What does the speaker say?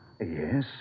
Yes